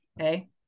Okay